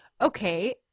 okay